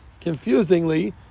confusingly